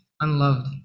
unloved